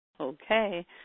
Okay